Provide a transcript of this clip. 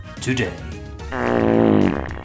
today